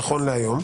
נכון להיום,